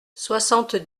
soixante